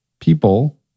people